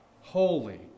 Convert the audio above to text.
Holy